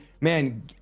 man